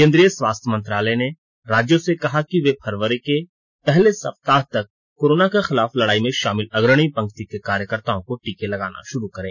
केंद्रीय स्वास्थ्य मंत्रालय ने राज्यों से कहा है कि वे फरवरी के पहले सप्ताह से कोरोना के खिलाफ लडाई में शामिल अग्रणी पंक्ति के कार्यकर्ताओं को टीके लगाना शुरू करें